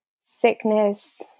sickness